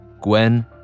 gwen